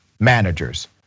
managers